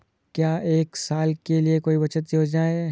क्या एक साल के लिए कोई बचत योजना है?